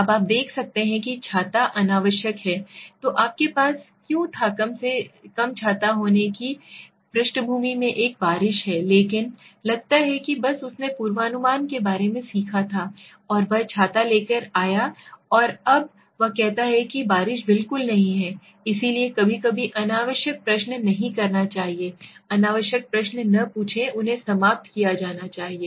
अब आप देख सकते हैं कि छाता अनावश्यक था तो आपके पास क्यों थाकम से कम छाता होने की पृष्ठभूमि में एक बारिश है लेकिन लगता है कि बस उसने पूर्वानुमान के बारे में सीखा था और वह छाता लेकर आयाऔर अब वह कहता है बारिश बिल्कुल नहीं है इसलिए कभी कभी अनावश्यक प्रश्न नहीं करना चाहिए अनावश्यक प्रश्न न पूछें उन्हें समाप्त किया जाना चाहिए